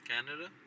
Canada